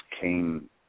came